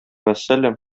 вәссәлам